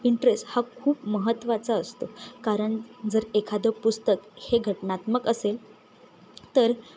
interest हा खूप महत्त्वाचा असतो कारण जर एखादं पुस्तक हे घटनात्मक असेल तर